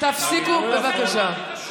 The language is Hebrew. תתבייש לך.